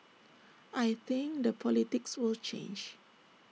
I think the politics will change